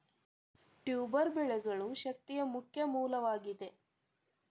tuber ಬೆಳೆಗಳು ಶಕ್ತಿಯ ಮುಖ್ಯ ಮೂಲವಾಗಿದೆ